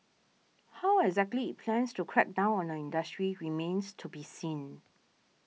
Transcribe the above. how exactly it plans to crack down on the industry remains to be seen